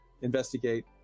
investigate